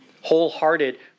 wholehearted